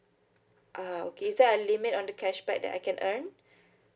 uh okay is there a limit on the cashback that I can earn